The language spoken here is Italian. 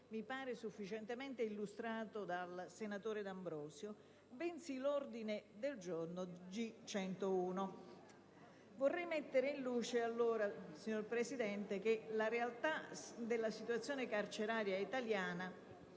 mi pare sufficientemente illustrato dal senatore D'Ambrosio - bensì l'ordine del giorno G101. Vorrei mettere in luce allora, signor Presidente, che la realtà della situazione carceraria italiana